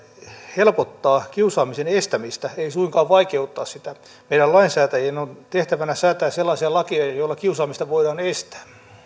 helpottaa kiusaamisen estämistä ei suinkaan vaikeuttaa sitä meidän lainsäätäjien tehtävänä on säätää sellaisia lakeja joilla kiusaamista voidaan estää